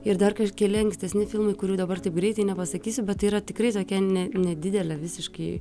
ir dar keli ankstesni filmai kurių dabar taip greitai nepasakysiu bet yra tikrai tokie ne nedidelė visiškai